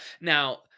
now